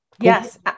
Yes